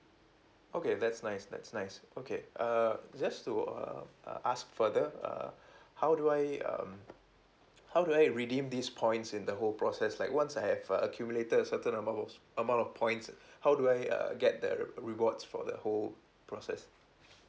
okay that's nice that's nice okay uh just to uh uh ask further uh how do I um how do I redeem this points in the whole process like once I have err accumulated a certain amount of amount of points how do I uh get the rewards for the whole process